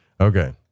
Okay